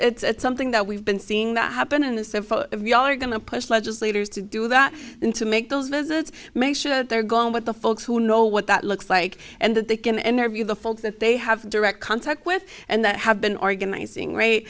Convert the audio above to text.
tag it's something that we've been seeing that happen and so you all are going to push legislators to do that and to make those visits make sure that they're gone but the folks who know what that looks like and that they can interview the folks that they have direct contact with and that have been organizing rate